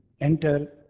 enter